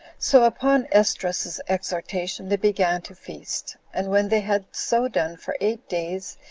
so upon esdras's exhortation they began to feast and when they had so done for eight days,